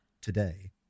today